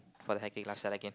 for the hectic lifestyle again